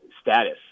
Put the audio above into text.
status